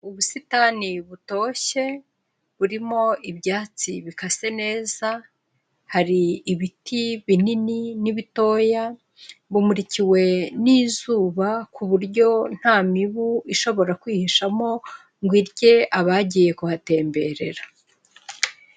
Ubusitani butoshye burimo ibyatsi bikase neza, hari ibiti binini n'ibitoya, bumurikiwe n'izuba ku buryo nta mibu ishobora kwihishamo ngo irye abagiye kuhatemberera.